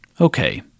Okay